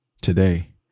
today